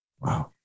Wow